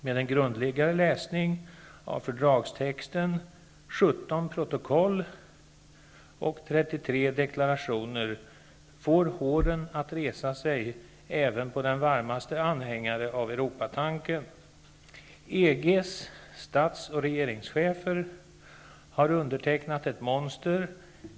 Men en grundligare läsning av fördragstexten, 17 protokoll och 33 deklarationer, får håren att resa sig även på den varmaste anhängare av Europatanken. EG:s stats och regeringschefer har undertecknat ett monster.